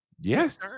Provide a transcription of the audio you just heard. Yes